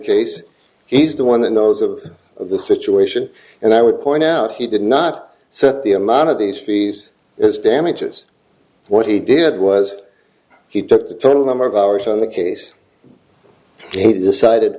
case he's the one that knows of the situation and i would point out he did not set the amount of these fees as damages what he did was he took the total number of hours on the case he decided